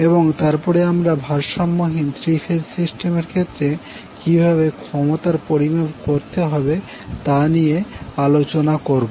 এবং তারপরে আমরা ভারসাম্যহীন থ্রি ফেজ সিস্টেমের ক্ষেত্রে কীভাবে ক্ষমতার পরিমাপ করতে হবে তা নিয়ে আলোচনা করব